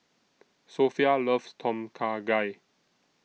Sophia loves Tom Kha Gai